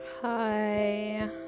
hi